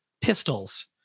pistols